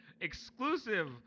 exclusive